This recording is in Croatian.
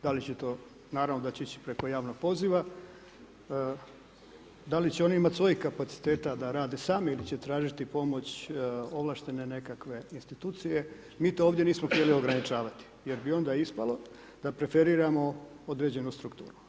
Da li će to, naravno da će ići preko javnog poziva, da li će oni imati svojih kapaciteta da rade sami ili će tražiti pomoć ovlaštene nekakve institucije, mi to ovdje nismo htjeli ograničavati jer bi onda ispalo da preferiramo određenu strukturu.